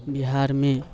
बिहारमे